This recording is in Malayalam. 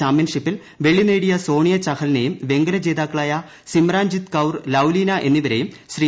ചാമ്പ്യൻഷിപ്പിൽ വെള്ളി നേടിയ സോണിയ ചഹലിനെയും വെങ്കല ജേതാക്കളായ സിമ്രാൻജിത് കൌർ ലൌലിന എന്നിവരെയും ശ്രീ